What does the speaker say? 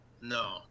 no